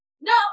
No